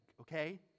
Okay